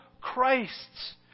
Christs